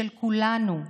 של כולנו,